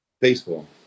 Baseball